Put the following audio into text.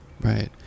right